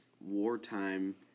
wartime